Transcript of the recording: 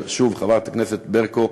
ושוב, חברת הכנסת ברקו,